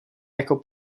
jako